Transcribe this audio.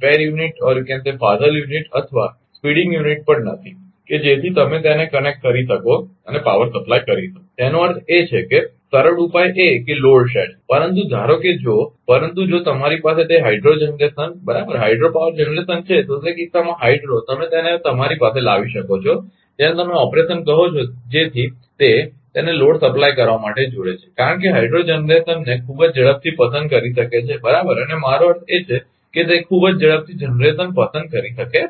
ફાજલ unit spare unit અથવા speeding unit પણ નથી કે જેથી તમે તેને કનેક્ટ કરી શકો અને પાવર સપ્લાય કરી શકો તેનો અર્થ એ છે કે સરળ ઉપાય એ લોડ શેડિંગ છે પરંતુ ધારો કે જો પરંતુ જો તમારી પાસે તે હાઇડ્રો જનરેશન બરાબર હાઈડ્રો પાવર જનરેશન છે તો તે કિસ્સામાં હાઇડ્રો તમે તેને તમારી પાસે લાવી શકો છો જેને તમે ઓપરેશન કહો છો જેથી તે તેને લોડ સપ્લાય કરવા માટે જોડે છે કારણ કે હાઇડ્રો જનરેશનને ખૂબ જ ઝડપથી પસંદ કરી શકે છે બરાબર અને મારો અર્થ એ છે કે તે ખૂબ જ ઝડપથી જનરેશન પસંદ કરી શકે છે